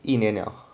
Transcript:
一年了